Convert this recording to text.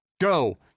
go